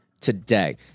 today